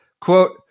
Quote